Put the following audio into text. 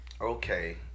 Okay